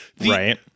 right